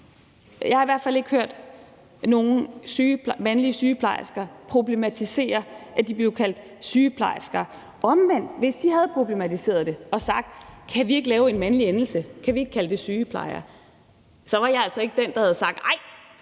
Jeg har i hvert fald ikke hørt nogen mandlige sygeplejersker problematisere, at de blev kaldt »sygeplejersker«. Omvendt var jeg, hvis de havde problematiseret det og spurgt, om vi ikke kan lave en mandlig endelse, og om vi ikke kan kalde det sygeplejere, altså ikke den, der havde sagt: Nej, du skal have en feminin endelse,